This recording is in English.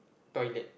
toilet